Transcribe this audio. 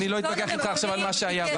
אני לא אתווכח איתך עכשיו על מה שהיה.